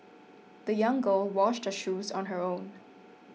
the young girl washed her shoes on her own